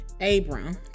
Abram